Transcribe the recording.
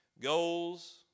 goals